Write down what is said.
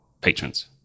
patrons